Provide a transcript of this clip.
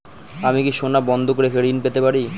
আমি কি সোনা বন্ধক রেখে ঋণ পেতে পারি?